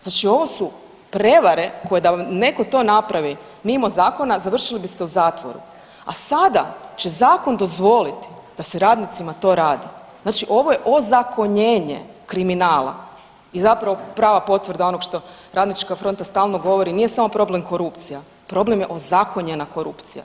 Znači ovo su prevare koje da netko to napravi mimo zakona završili biste u zatvoru, a sada će zakon dozvoliti da se radnicima to radi, znači ovo je ozakonjenje kriminala i zapravo prava potvrda onoga što RF stalno govori, nije samo problem korupcija, problem je ozakonjena korupcija.